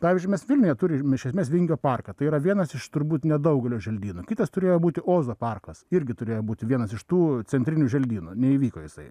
pavyzdžiui mes vilniuje turime iš esmės vingio parką tai yra vienas iš turbūt nedaugelio želdynų kitas turėjo būti ozo parkas irgi turėjo būti vienas iš tų centrinių želdynų neįvyko jisai